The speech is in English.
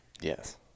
Yes